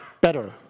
better